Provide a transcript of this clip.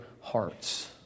hearts